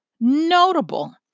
notable